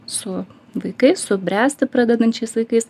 su vaikais su bręsti pradedančiais vaikais